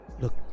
Look